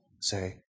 say